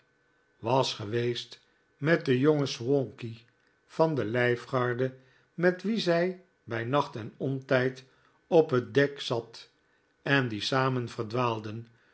was geweest met den jongen swankey van de lijfgarde met wien zij bij nacht en ontijd op het dek zat en die samen